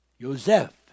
Joseph